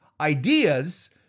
ideas